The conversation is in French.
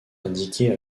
indiquées